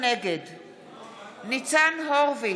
נגד ניצן הורוביץ,